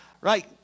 right